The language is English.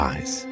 Eyes